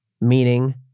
meaning